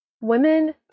women